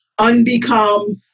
unbecome